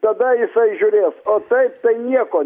tada jisai žiūrės o taip tai nieko